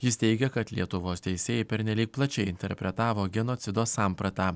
jis teigia kad lietuvos teisėjai pernelyg plačiai interpretavo genocido sampratą